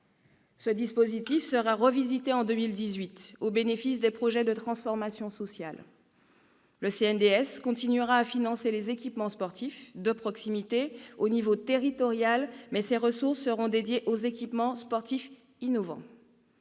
Ce dispositif sera revisité en 2018, au bénéfice des projets de transformation sociale. Le CNDS continuera de financer les équipements sportifs de proximité à l'échelon territorial, mais ses ressources seront dédiées aux équipements sportifs innovants.